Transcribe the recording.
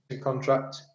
contract